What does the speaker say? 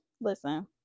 listen